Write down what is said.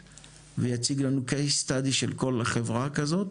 ויציג לנו CASE STUDY של החברה הזאת